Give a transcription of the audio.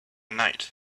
night